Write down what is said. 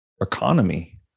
economy